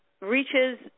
reaches